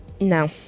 no